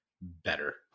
better